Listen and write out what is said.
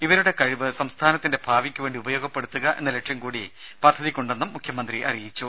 ഇവരുടെ കഴിവ് സംസ്ഥാനത്തിന്റെ ഭാവിക്കു വേണ്ടി ഉപയോഗപ്പെടുത്തുക എന്ന ലക്ഷ്യംകൂടി പദ്ധതിക്ക് ഉണ്ടെന്നും മുഖ്യമന്ത്രി അറിയിച്ചു